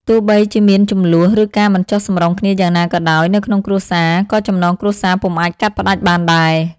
ទោះបីជាមានជម្លោះ ឬការមិនចុះសម្រុងគ្នាយ៉ាងណាក៏ដោយនៅក្នុងគ្រួសារ ក៏ចំណងគ្រួសារពុំអាចកាត់ផ្ដាច់បានដែរ។